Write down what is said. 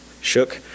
shook